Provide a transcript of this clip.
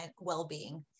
well-being